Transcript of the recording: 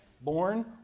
born